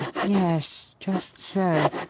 yes! just so.